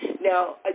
Now